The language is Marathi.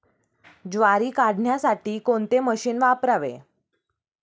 ज्वारी काढण्यासाठी कोणते मशीन वापरावे?